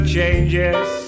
changes